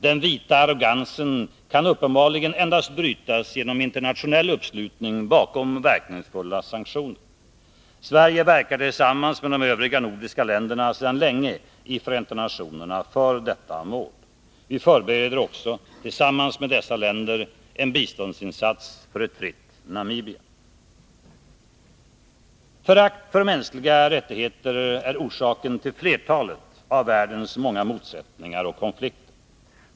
Den vita arrogansen kan uppenbarligen endast brytas genom internationell uppslutning bakom verkningsfulla sanktioner. Sverige verkar tillsammans med de övriga nordiska länderna sedan länge i Förenta nationerna för detta mål. Vi förbereder också, tillsammans med dessa länder, en biståndsinsats för ett fritt Namibia. Förakt för mänskliga rättigheter är orsaken till flertalet av världens många motsättningar och konflikter.